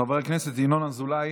חבר הכנסת ינון אזולאי,